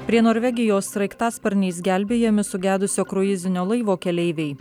prie norvegijos sraigtasparniais gelbėjami sugedusio kruizinio laivo keleiviai